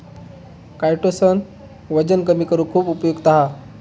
chitosan वजन कमी करुक खुप उपयुक्त हा